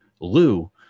Lou